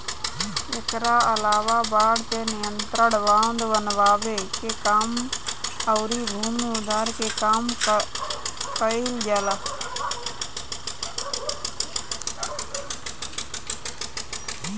एकरा अलावा बाढ़ पे नियंत्रण, बांध बनावे के काम अउरी भूमि उद्धार के काम कईल जाला